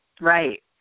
Right